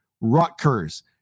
Rutgers